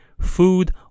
food